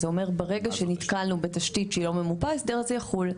במקרה שנתקלנו בתשתית שהיא לא ממופה ההסדר הזה יחול.